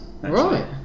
Right